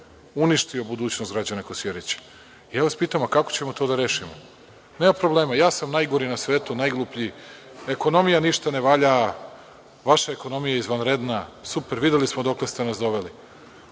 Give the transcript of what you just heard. uništio budućnost građana Kosjerića. I, ja vas pitam – kako ćemo to da rešimo? Nema problema, ja sam najgori na svetu, najgluplji, ekonomija ništa ne valja, vaša ekonomija je izvanredna, super, videli smo dokle ste nas